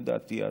לדעתי.